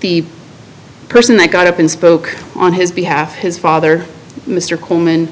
the person that got up and spoke on his behalf his father mr coleman